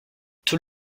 tout